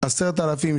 10,000,